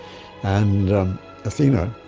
and athena